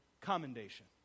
commendation